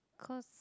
cause